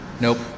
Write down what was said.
nope